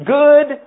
good